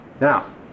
Now